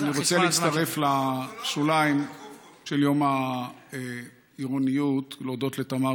אני רוצה להצטרף לשוליים של יום העירוניות ולהודות לתמר,